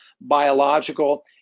biological